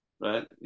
Right